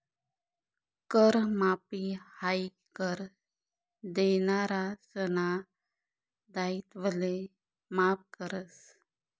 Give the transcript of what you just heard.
कर माफी हायी कर देनारासना दायित्वले माफ करस